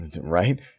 right